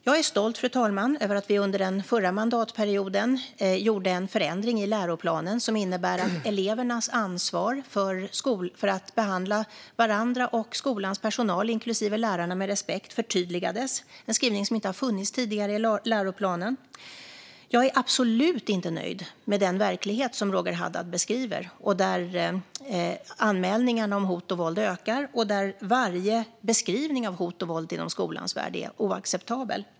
Jag är stolt, fru talman, över att vi under den förra mandatperioden gjorde en förändring i läroplanen som innebar att elevernas ansvar för att behandla varandra och skolans personal, inklusive lärarna, med respekt förtydligades. Det är en skrivning som inte har funnits tidigare i läroplanen. Jag är absolut inte nöjd med den verklighet som Roger Haddad beskriver, där anmälningarna om hot och våld ökar. Varje beskrivning av hot och våld inom skolans värld är oacceptabel.